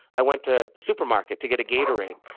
i went to the supermarket to get a gatorade,